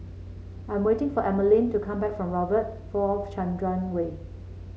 I am waiting for Emaline to come back from Robert V Chandran Way